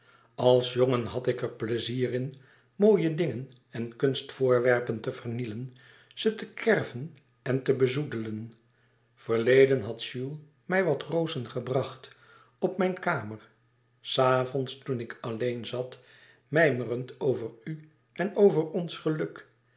als jongen had ik er plezier in mooie dingen en kunstvoorwerpen te vernielen ze te kerven en te bezoedelen verleden had jules mij wat rozen gebracht op mijn kamer s avonds toen ik alleen zat mijmerend over u en over ons geluk